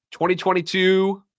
2022